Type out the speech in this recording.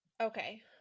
okay